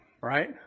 right